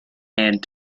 and